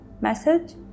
message